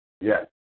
Yes